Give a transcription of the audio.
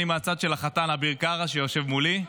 אני מהצד של החתן אביר קארה, שיושב מולי.